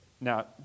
Now